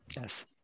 Yes